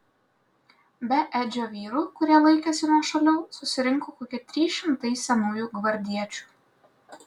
be edžio vyrų kurie laikėsi nuošaliau susirinko kokie trys šimtai senųjų gvardiečių